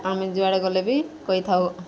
ଆମେ ଯୁଆଡ଼େ ଗଲେ ବି କହିଥାଉ